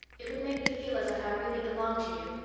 it would make me feel as if i really belonged to you.